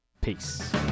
peace